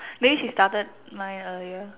maybe she started nine a year